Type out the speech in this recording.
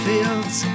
Fields